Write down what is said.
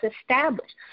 established